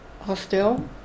Hostel